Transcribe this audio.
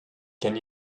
can